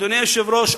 אדוני היושב-ראש,